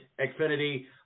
Xfinity